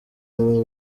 abo